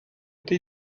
ydy